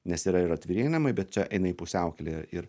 nes yra ir atvirieji namai bet čia eina į pusiaukelę ir